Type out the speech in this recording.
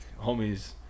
homies